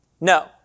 No